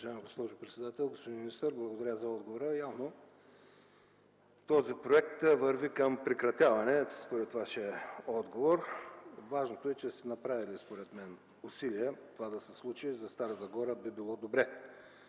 Уважаема госпожо председател! Господин министър, благодаря за отговора. Явно този проект върви към прекратяване според Вашия отговор. Важното е, че според мен са направени усилия това да се случи. За Стара Загора то би било добре,